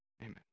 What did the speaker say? amen